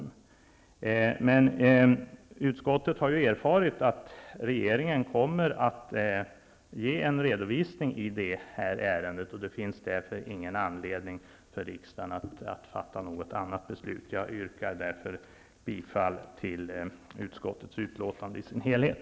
Utskottet har erfarit att regeringen kommer att ge en redovisning i det här ärendet. Det finns därför ingen anledning för riksdagen att fatta något annat beslut. Jag yrkar bifall till utskottets hemställan i dess helhet.